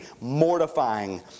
mortifying